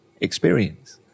experience